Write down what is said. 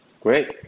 Great